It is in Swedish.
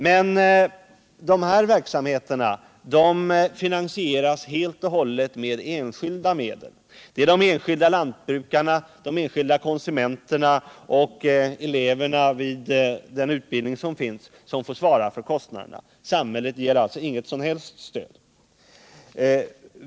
Men dessa verksamheter finansieras helt och hållet med enskilda medel; det är de enskilda lantbrukarna, de enskilda konsumenterna och eleverna i den utbildning som vi har som får svara för kostnaderna. Samhället ger alltså inget som helst stöd.